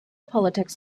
politics